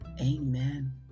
amen